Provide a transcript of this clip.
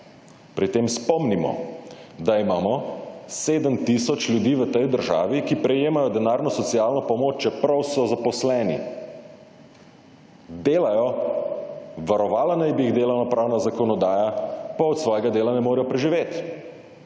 Pri tem spomnimo, da imamo 7 tisoč ljudi v tej državi, ki prejemajo denarno socialno pomoč, čeprav so zaposleni. Delajo, varovala naj bi jih delovnopravna zakonodaja, pa od svojega dela ne morejo preživeti.